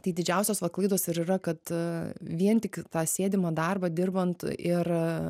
tai didžiausios va klaidos ir yra kad vien tik tą sėdimą darbą dirbant ir